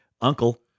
Uncle